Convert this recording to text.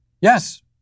Yes